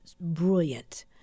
brilliant